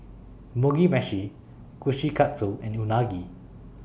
Mugi Meshi Kushikatsu and Unagi